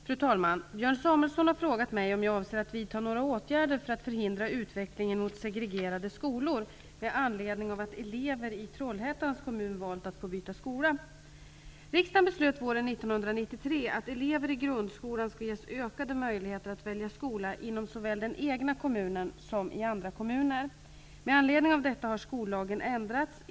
Fru talman! Björn Samuelson har frågat mig om jag avser att vidta några åtgärder för att förhindra utvecklingen mot segregerade skolor med anledning av att elever i Trollhättans kommun valt att få byta skola. Riksdagen beslöt våren 1993 att elever i grundskolan skall ges ökade möjligheter att välja skola inom såväl den egna kommunen som andra kommuner. Med anledning av detta har skollagen ändrats.